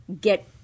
get